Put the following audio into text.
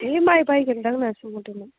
ए माइ बायगोन्दां होनना सोंहरदोंमोन